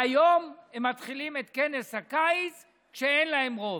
היום הם מתחילים את כנס הקיץ כשאין להם רוב.